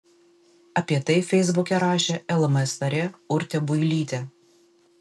apie tai feisbuke rašė lms narė urtė builytė